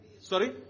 Sorry